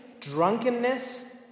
drunkenness